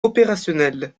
opérationnels